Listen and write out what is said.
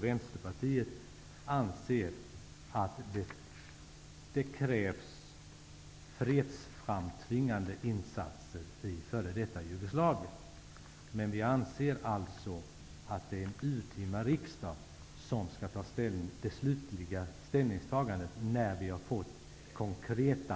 Vänsterpartiet inser därför att det krävs fredsframtvingande insatser i f.d. Jugoslavien. Vi anser också att det är en urtima riksdag som skall fatta det slutliga beslutet, efter det att vi fått en konkret